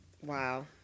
Wow